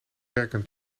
werken